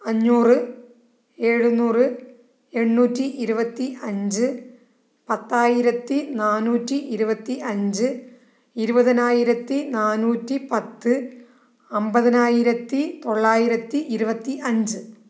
അഞ്ഞൂറ് എഴുന്നൂറ് എണ്ണൂറ്റി ഇരുപത്തി അഞ്ച് പത്തായിരത്തി നാനൂറ്റി ഇരുപത്തി അഞ്ച് ഇരുപതിനായിരത്തി നാനൂറ്റിപ്പത്ത് അമ്പതിനായിരത്തി തൊള്ളായിരത്തി ഇരുപത്തി അഞ്ച്